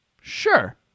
sure